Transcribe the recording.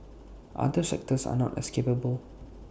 other sectors are not as capable